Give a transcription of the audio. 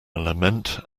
lament